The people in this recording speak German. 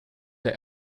der